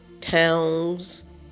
towns